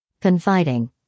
Confiding